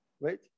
right